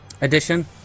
edition